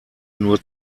nur